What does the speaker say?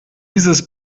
dieses